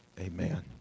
Amen